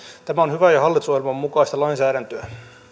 tämä on hyvää ja hallitusohjelman mukaista lainsäädäntöä